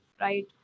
right